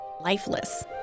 lifeless